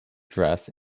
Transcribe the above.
dress